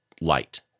light